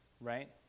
right